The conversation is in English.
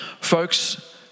folks